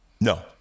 No